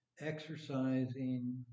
exercising